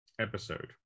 episode